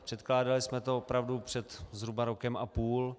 Předkládali jsme to opravdu před zhruba rokem a půl.